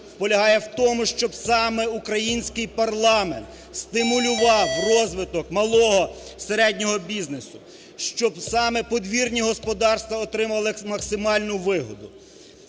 полягає в тому, щоб саме український парламент стимулював розвиток малого, середнього бізнесу, щоб саме подвірні господарства отримували максимальну вигоду.